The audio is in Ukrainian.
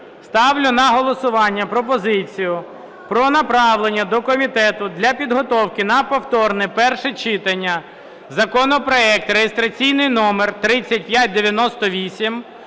Ставлю на голосування пропозицію про направлення до комітету для підготовки на повторне перше читання законопроект реєстраційний номер 3598